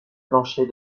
plancher